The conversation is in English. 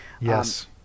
Yes